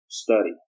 study